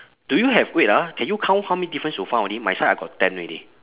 do you have wait ah can you count how many difference you found already my side I got ten already